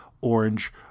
orange